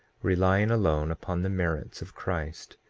relying alone upon the merits of christ,